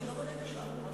חזק, ברכה.